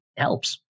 helps